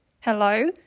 hello